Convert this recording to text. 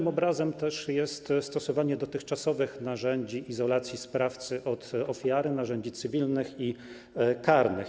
Istotne też jest stosowanie dotychczasowych narzędzi izolacji sprawcy od ofiary, narzędzi cywilnych i karnych.